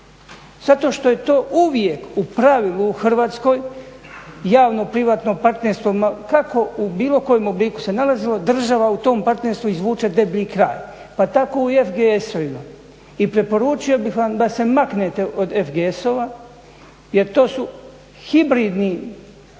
Zato što je to uvijek u pravilu u Hrvatskoj javno-privatno partnerstvo ma kako u bilo kojem obliku se nalazilo država u tom partnerstvu izvuče deblji kraj, pa tako i u FGS-ovima. I preporučio bih vam da se maknete od FGS-ova jer to su hibridni fondovi